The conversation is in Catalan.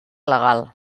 legal